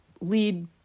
lead